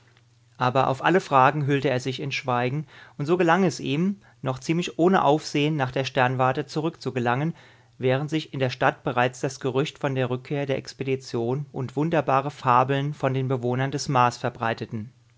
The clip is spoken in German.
aber auf alle fragen hüllte er sich in schweigen und so gelang es ihm noch ziemlich ohne aufsehen nach der sternwarte zurückzugelangen während sich in der stadt bereits das gerücht von der rückkehr der expedition und wunderbare fabeln von den bewohnern des mars verbreiteten